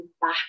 back